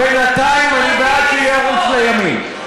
בינתיים אני בעד שיהיה ערוץ לימין.